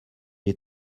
est